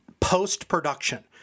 Post-production